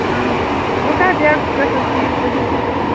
اہن حظ وۄنۍ کَر سِپیشَل دِیِو تُہۍ